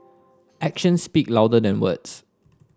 action speak louder than words